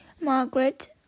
Margaret